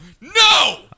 No